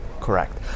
Correct